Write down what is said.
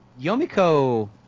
Yomiko